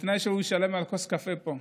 בתנאי שהוא משלם על כוס קפה פה.